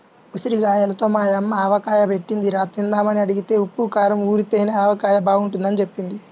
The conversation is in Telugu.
ఉసిరిగాయలతో మా యమ్మ ఆవకాయ బెట్టిందిరా, తిందామని అడిగితే ఉప్పూ కారంలో ఊరితేనే ఆవకాయ బాగుంటదని జెప్పింది